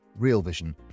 REALVISION